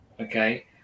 okay